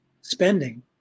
spending